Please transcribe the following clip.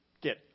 get